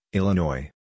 Illinois